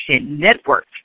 Network